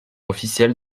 officiel